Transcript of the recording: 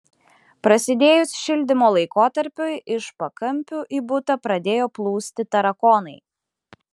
prasidėjus šildymo laikotarpiui iš pakampių į butą pradėjo plūsti tarakonai